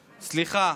סליחה.